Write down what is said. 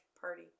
party